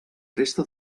resta